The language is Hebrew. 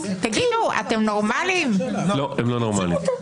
ועל סמך הכלל הזה בית המשפט יוכל להתערב במקרה שהיו שיקולים לא ראויים,